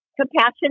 Compassionate